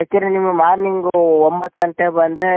ಬೇಕಿದ್ರೆ ನೀವು ಮಾರ್ನಿಂಗೂ ಒಂಬತ್ತು ಗಂಟೆ ಬಂದ್ರೆ